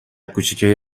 کوچیکه